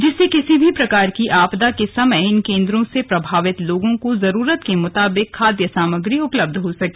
जिससे किसी भी प्रकार की आपदा के समय इन केंद्रों से प्रभावित लोगों को जरूरत के मुताबिक खाद्य सामग्री उपलब्ध हो सके